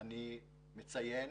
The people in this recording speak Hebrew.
אני אציין